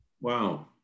Wow